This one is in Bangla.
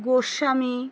গোস্বামী